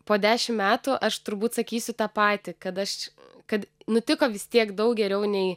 po dešimt metų aš turbūt sakysiu tą patį kad aš kad nutiko vis tiek daug geriau nei